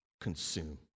consume